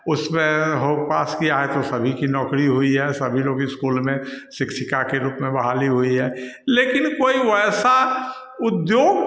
उसमें हो पास किया है तो सभी कि नौकरी हुई है सभी लोग इस्कूल में शिक्षिका के रूप में बहाली हुई है लेकिन कोई वैसा उद्योग